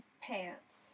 pants